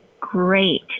great